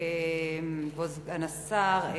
כבוד סגן השר,